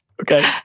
Okay